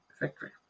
victory